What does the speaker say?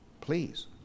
please